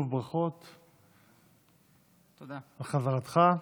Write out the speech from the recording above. ברכות על חזרתך.